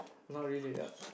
not really ah